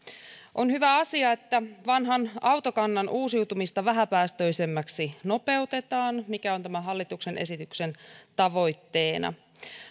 on hyvä asia että vanhan autokannan uusiutumista vähäpäästöisemmäksi nopeutetaan mikä on tämän hallituksen esityksen tavoitteena